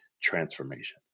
transformation